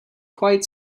quite